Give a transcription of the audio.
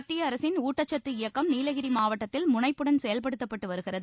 மத்திய அரசின் ஊட்டக்கத்து இயக்கம் நீலகிரி மாவட்டத்தில் முனைப்புடன் செயல்படுத்தப்பட்டு வருகிறது